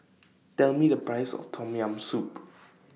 Tell Me The Price of Tom Yam Soup